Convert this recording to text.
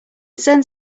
send